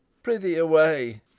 pr'ythee, away!